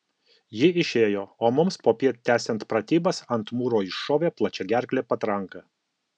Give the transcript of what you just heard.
ji išėjo o mums popiet tęsiant pratybas ant mūro iššovė plačiagerklė patranka